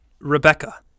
Rebecca